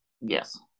Yes